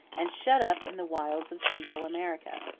and shut up in the wilds of central america.